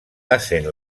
essent